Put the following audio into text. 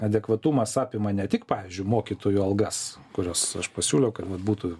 adekvatumas apima ne tik pavyzdžiui mokytojų algas kurios aš pasiūliau kad vat būtų